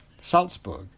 Salzburg